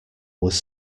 was